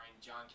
John